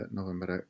November